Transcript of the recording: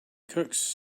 cooks